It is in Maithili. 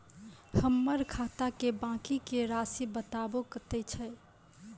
हमर खाता के बाँकी के रासि बताबो कतेय छै?